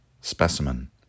specimen